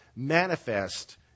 manifest